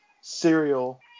cereal